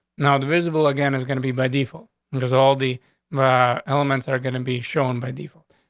now the visible again is gonna be by default because all the elements are gonna and be shown by default.